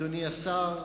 אדוני השר,